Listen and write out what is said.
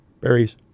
berries